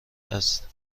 است